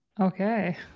Okay